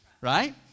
right